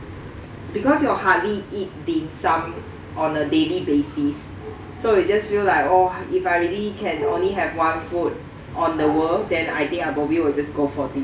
because you are hardly eat dim sum on a daily basis so you just feel like oh if I really can only have one food on the world than I think I probably will just go for dim sum